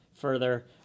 further